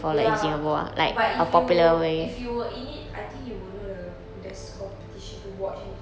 ya but if you if you were in it I think you will know the there's competition to watch